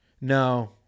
No